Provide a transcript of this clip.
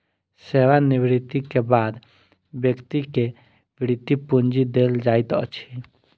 सेवा निवृति के बाद व्यक्ति के वृति पूंजी देल जाइत अछि